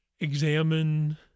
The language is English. Examine